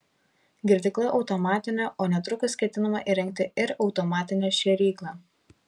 girdykla automatinė o netrukus ketinama įrengti ir automatinę šėryklą